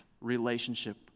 relationship